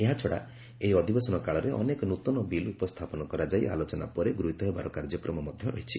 ଏହାଛଡା ଏହି ଅଧିବେଶନ କାଳରେ ଅନେକ ନୃତନ ବିଲ୍ ଉପସ୍ଥାପନ କରାଯାଇ ଆଲୋଚନା ପରେ ଗୃହୀତ ହେବାର କାର୍ଯ୍ୟକ୍ରମ ମଧ୍ୟ ରହିଛି